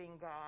God